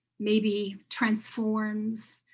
maybe transforms.